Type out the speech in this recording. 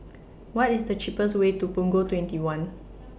What IS The cheapest Way to Punggol twenty one